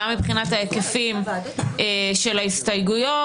גם מבחינת ההיקפים של ההסתייגויות,